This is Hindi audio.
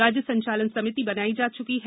राज्य संचालन समिति बनाई जा चुकी है